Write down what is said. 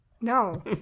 No